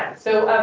so